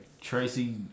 Tracy